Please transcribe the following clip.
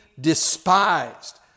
despised